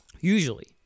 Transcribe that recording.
Usually